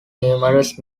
numerous